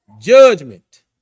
judgment